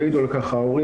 יעידו על כך ההורים,